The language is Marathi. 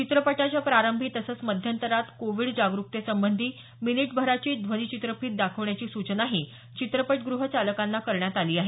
चित्रपटाच्या प्रारंभी तसंच मध्यंतरात कोविड जागरुकतेसंबंधी मिनिटभराची ध्वनिचित्रफीत दाखवण्याची सूचनाही चित्रपट गृह चालकांना करण्यात आली आहे